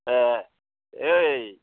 ए ओइ